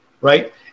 right